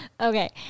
Okay